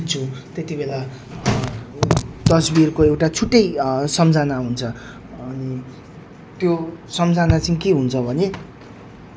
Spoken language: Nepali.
हामीले कुक गरिसके पछि हामी त्यहाँनेर एकछिन नाचगान गर्यौँ रमाइलो गर्यौँ सबजना गाउने हो रमाउने त्यस्तै अरू पनि धेरै आएका थिए त्यहाँनेर